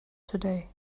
today